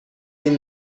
این